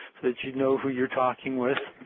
you know who you are talking with,